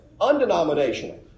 undenominational